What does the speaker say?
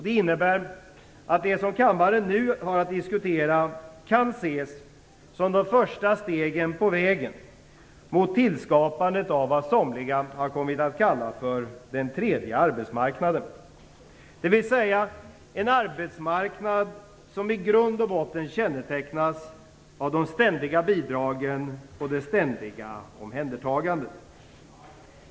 Det innebär att det som kammaren nu har att diskutera kan ses som de första stegen på vägen mot tillskapandet av vad somliga har kommit att kalla den tredje arbetsmarknaden. Det är en arbetsmarknad som i grund och botten kännetecknas av de ständiga bidragen och av det ständiga omhändertagandet.